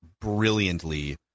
brilliantly